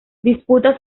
disputa